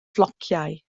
flociau